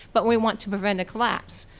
but we want to prevent the collapse.